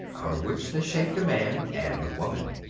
out of which they shaped a man and a woman.